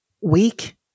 weak